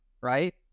right